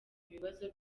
bibazo